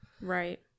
right